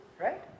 Right